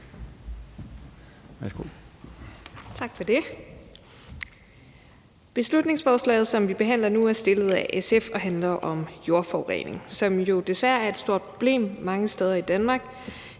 Beslutningsforslaget, som vi behandler nu, er fremsat af SF og handler om jordforurening, som jo desværre er et stort problem mange steder i Danmark.